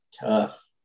tough